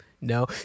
No